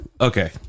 Okay